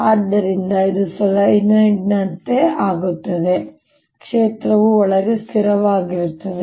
ಆದ್ದರಿಂದ ಇದು ಸೊಲೆನಾಯ್ಡ್ನಂತೆ ಆಗುತ್ತದೆ ಕ್ಷೇತ್ರವು ಒಳಗೆ ಸ್ಥಿರವಾಗಿರುತ್ತದೆ